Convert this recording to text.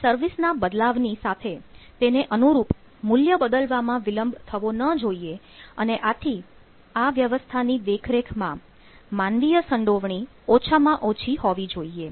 અહીં સર્વિસ ના બદલાવાની સાથે તેને અનુરૂપ મૂલ્ય બદલાવામાં વિલંબ થવો ન જોઈએ અને આથી આ વ્યવસ્થા ની દેખરેખમાં માનવીય સંડોવણી ઓછામાં ઓછી હોવી જોઈએ